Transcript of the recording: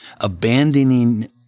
abandoning